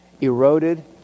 eroded